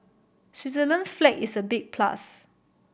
Switzerland's flag is a big plus